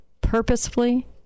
purposefully